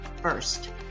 first